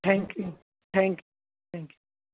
thank you ji thank thank